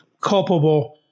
culpable